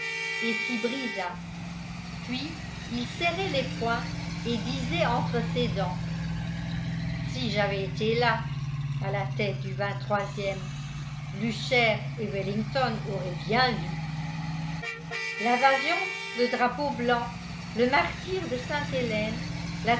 et s'y brisa puis il serrait les poings et disait entre ses dents si j'avais été là à la tête du ème blucher et wellington auraient bien vu l'invasion le drapeau blanc le martyre de sainte-hélène